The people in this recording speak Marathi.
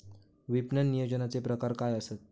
विपणन नियोजनाचे प्रकार काय आसत?